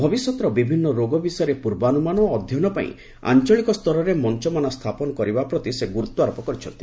ଭବିଷ୍ୟତର ବିଭିନ୍ନ ରୋଗ ବିଷୟରେ ପୂର୍ବାନୁମାନ ଓ ଅଧ୍ୟୟନ ପାଇଁ ଆଞ୍ଚଳିକ ସ୍ତରରେ ମଞ୍ଚମାନ ସ୍ଥାପନ କରିବା ପ୍ରତି ସେ ଗୁରୁତ୍ୱାରୋପ କରିଛନ୍ତି